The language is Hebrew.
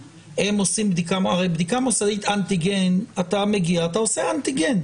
הרי בדיקה מוסדית של אנטיגן מגיעים ועושים,